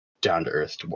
down-to-earth